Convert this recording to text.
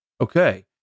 okay